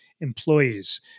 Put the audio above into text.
employees